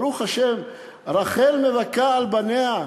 ברוך השם, רחל מבכה על בניה.